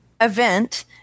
event